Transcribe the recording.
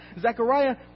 Zechariah